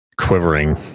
Quivering